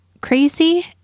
crazy